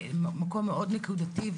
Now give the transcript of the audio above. למקום מאוד נקודתי,